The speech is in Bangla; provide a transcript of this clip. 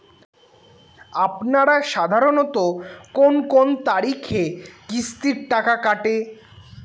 আপনারা সাধারণত কোন কোন তারিখে কিস্তির টাকা কাটে?